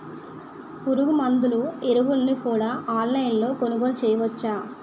పురుగుమందులు ఎరువులను కూడా ఆన్లైన్ లొ కొనుగోలు చేయవచ్చా?